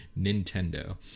Nintendo